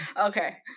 Okay